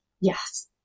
Yes